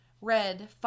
red